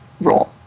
role